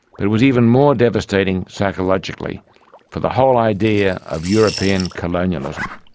but it was even more devastating psychologically for the whole idea of european colonialism.